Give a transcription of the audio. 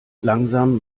langsam